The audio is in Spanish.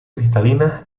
cristalinas